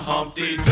Humpty